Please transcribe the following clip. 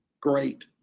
Great